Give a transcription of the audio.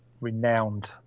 renowned